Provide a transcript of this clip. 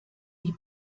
die